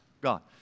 God